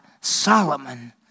Solomon